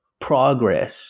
progress